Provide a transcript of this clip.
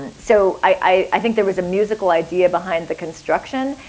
so, i think there was a musical idea behind the construction.